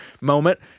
moment